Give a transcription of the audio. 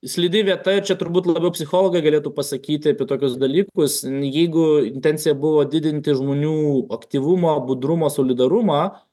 slidi vieta ir čia turbūt labiau psichologai galėtų pasakyti apie tokius dalykus jeigu intencija buvo didinti žmonių aktyvumą budrumą solidarumą